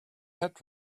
had